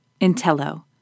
Intello